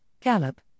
gallop